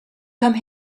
come